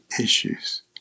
issues